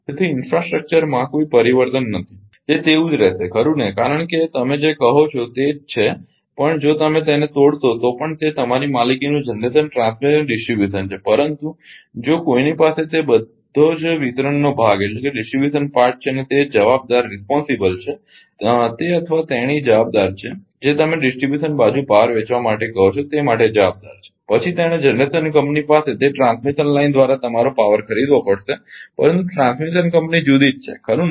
તેથી ઇન્ફ્રાસ્ટ્રક્ચરમાં કોઈ પરિવર્તન નથી તે તેવું જ રહેશે ખરુ ને કારણ કે તમે જે કહો છો તે જ છે પણ જો તમે તેને તોડશો તો પણ તે તમારી માલિકીનું જનરેશન ટ્રાન્સમીશન અને ડીસ્ટ્રીબ્યુશન છે પરંતુ જો કોઈની પાસે તે બધો જ વિતરણનો ભાગ છે અને તે જવાબદાર છે તે અથવા તેણી જવાબદાર છે જે તમે ડીસ્ટ્રીબ્યુશન બાજુ પાવર વેચવા માટે કહો છો તે માટે જવાબદાર છે પછી તેણે જનરેશન કંપની પાસેથી તે ટ્રાન્સમિશન લાઇન દ્વારા તમારો પાવર ખરીદવો પડશે પરંતુ ટ્રાન્સમિશન કંપની જુદી જ છે ખરુ ને